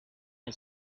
had